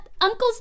uncle's